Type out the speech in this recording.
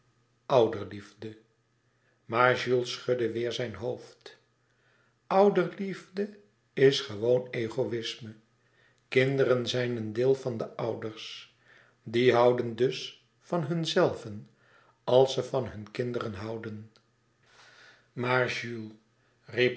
ouderliefde maar jules schudde weêr zijn hoofd ouderliefde is gewoon egoïsme kinderen zijn een deel van de ouders die houden dus van hunzelven als ze van hun kinderen houden